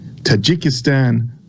Tajikistan